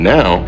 Now